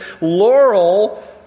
laurel